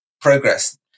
progress